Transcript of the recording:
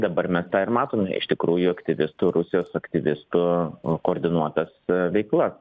dabar mes tą ir matome iš tikrųjų aktyvistų rusijos aktyvistų koordinuotas veikla